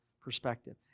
perspective